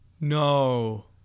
no